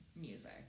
music